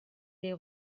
les